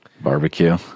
Barbecue